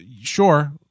sure